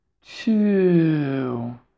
two